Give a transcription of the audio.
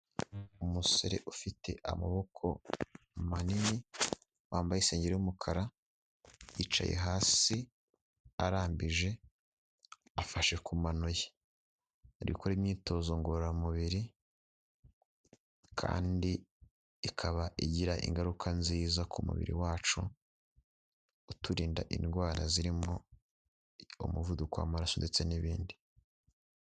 Umusore ufite amaboko manini, wambaye insengeri y'umukara, yicaye hasi arambije afashe ku mano ye. Arigukora imyitozo ngororamubiri kandi ikaba igira ingaruka nziza ku mubiri wacu, uturinda indwara zirimo umuvuduko w'amaraso ndetse n'ibindi.